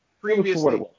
Previously